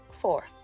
four